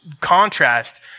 contrast